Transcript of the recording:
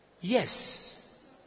yes